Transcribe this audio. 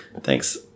Thanks